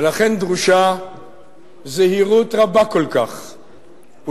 ולכן דרושה זהירות רבה כל כך ותבונת